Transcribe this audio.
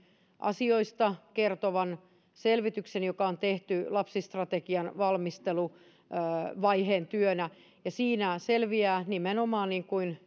asioista kertovan selvityksen joka on tehty lapsistrategian valmisteluvaiheen työnä ja siitä selviää nimenomaan niin kuin